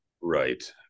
right